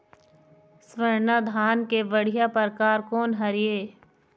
स्वर्णा धान के बढ़िया परकार कोन हर ये?